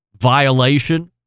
violation